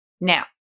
Now